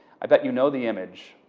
i bet you know the image.